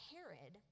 Herod